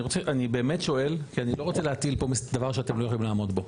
אני באמת שואל כי אני לא רוצה להטיל פה דבר שאתם לא יכולים לעמוד בו,